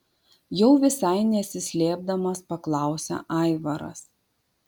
jau visai nesislėpdamas paklausia aivaras